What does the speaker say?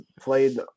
played